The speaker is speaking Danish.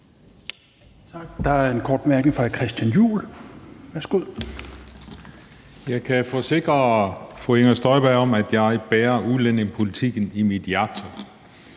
Jeg kan forsikre fru Inger Støjberg om, at jeg bærer udlændingepolitikken i mit hjerte,